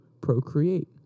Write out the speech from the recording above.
procreate